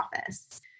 office